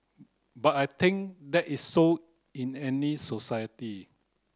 but I think that is so in any society